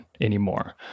anymore